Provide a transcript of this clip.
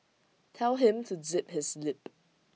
tell him to zip his lip